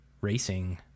racing